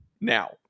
now